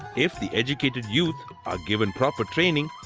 if the educated youth are given proper training,